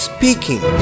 Speaking